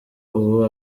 ubu